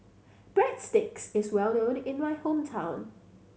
breadsticks is well known in my hometown